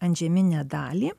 antžeminę dalį